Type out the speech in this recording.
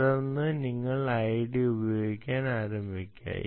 തുടർന്ന് നിങ്ങൾ ഐഡി ഉപയോഗിക്കാൻ ആരംഭിക്കുക